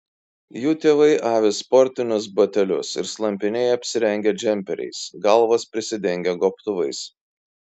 jų tėvai avi sportinius batelius ir slampinėja apsirengę džemperiais galvas prisidengę gobtuvais